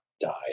die